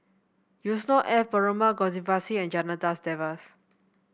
Yusnor Ef Perumal Govindaswamy and Janadas Devan